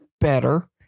better